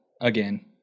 again